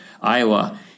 Iowa